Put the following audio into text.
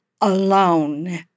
alone